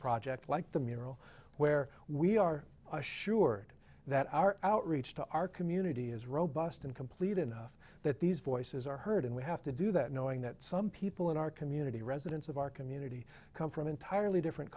project like the mural where we are assured that our outreach to our community is robust and complete enough that these voices are heard and we have to do that knowing that some people in our community residents of our community come from entirely different